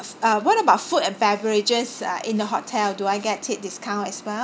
uh what about food and beverages uh in the hotel do I get it discount as well